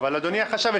אדוני החשב,